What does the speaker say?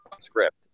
script